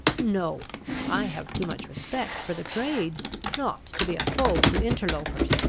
no i have too much respect for the trade not to be a foe to interlopers,